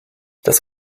das